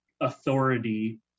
authority